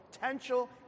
potential